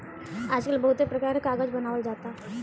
आजकल बहुते परकार के कागज बनावल जाता